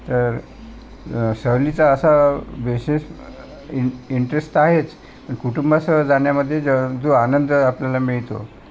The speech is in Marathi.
तर सहलीचा असा विशेष इंट इंटरेस्ट तर आहेच कुटुंबासह जाण्यामध्ये ज जो आनंद आपल्याला मिळतो